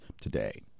today